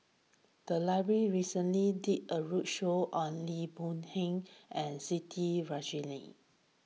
the library recently did a roadshow on Lee Boon Yang and Siti Khalijah